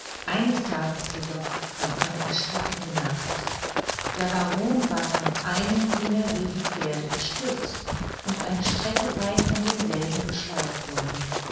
eines tages jedoch kam eine erschreckende nachricht der baron war von einem jener wilden pferde gestürzt und eine strecke weit von demselben geschleift worden